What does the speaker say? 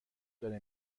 داره